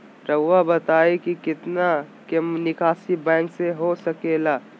रहुआ बताइं कि कितना के निकासी बैंक से हो सके ला?